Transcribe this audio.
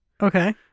Okay